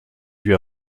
lui